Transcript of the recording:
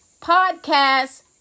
podcast